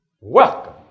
Welcome